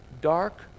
dark